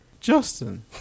Justin